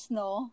no